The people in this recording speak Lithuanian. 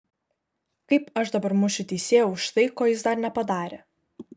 kaip aš dabar mušiu teisėją už tai ko jis dar nepadarė